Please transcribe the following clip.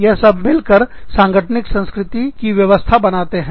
यह सभी मिलकर सांगठनिक संस्कृति की व्यवस्था बनाते हैं